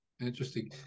Interesting